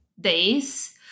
days